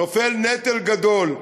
ונופל נטל גדול.